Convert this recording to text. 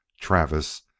Travis